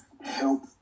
help